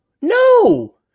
No